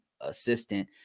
assistant